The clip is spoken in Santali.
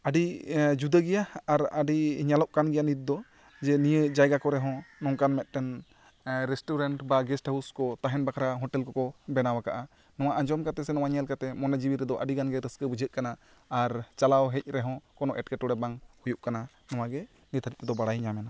ᱟᱹᱰᱤ ᱡᱩᱫᱟᱹ ᱜᱮᱭᱟ ᱟᱨ ᱟᱹᱰᱤ ᱧᱮᱞᱚᱜ ᱠᱟᱱ ᱜᱤᱭᱟ ᱱᱤᱛ ᱫᱚ ᱢᱮ ᱱᱤᱭᱟᱹ ᱡᱟᱭᱜᱟ ᱠᱚᱨᱮ ᱦᱚᱸ ᱱᱚᱝᱠᱟᱱ ᱢᱤᱫ ᱴᱟᱱ ᱨᱮᱥᱴᱩᱨᱮᱱᱴ ᱵᱟ ᱜᱮᱥᱴ ᱦᱟᱣᱩᱥ ᱠᱚ ᱛᱟᱦᱮᱱ ᱵᱟᱠᱷᱨᱟ ᱦᱚᱴᱮᱞ ᱠᱚᱠᱚ ᱵᱮᱱᱟᱣ ᱟᱠᱟᱫᱼᱟ ᱱᱚᱭᱟ ᱟᱸᱡᱚᱢ ᱠᱟᱛᱮ ᱥᱮ ᱱᱚᱭᱟ ᱧᱮᱞ ᱠᱟᱛᱮ ᱢᱚᱱᱮ ᱡᱤᱣᱤ ᱨᱮᱫᱚ ᱟᱹᱰᱤ ᱜᱟᱱ ᱜᱮ ᱨᱟᱹᱥᱠᱟᱹ ᱵᱩᱡᱷᱟᱹᱜ ᱠᱟᱱᱟ ᱟᱨ ᱪᱟᱞᱟᱣ ᱦᱮᱡ ᱨᱮᱦᱚᱸ ᱠᱚᱱᱚ ᱮᱸᱴᱠᱮᱴᱚᱬᱮ ᱵᱟᱝ ᱦᱩᱭᱩᱜ ᱠᱟᱱᱟ ᱱᱚᱣᱟ ᱜᱮ ᱱᱤᱛ ᱦᱟᱹᱨᱤᱡ ᱛᱮᱫᱚ ᱵᱟᱲᱟᱭ ᱧᱟᱢᱮᱱᱟ